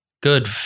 good